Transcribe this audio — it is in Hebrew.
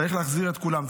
צריך להחזיר את כולם,